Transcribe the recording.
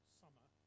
summer